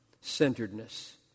centeredness